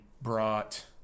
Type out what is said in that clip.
brought